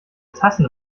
tassen